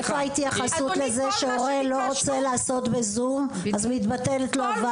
איפה ההתייחסות לזה שהורה לא רוצה לעשות בזום אז מתבטלת לו הוועדה?